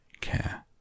care